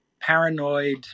paranoid